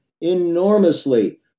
enormously